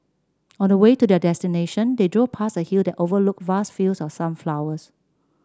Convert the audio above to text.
on the way to their destination they drove past a hill that overlooked vast fields of sunflowers